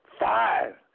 five